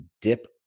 dip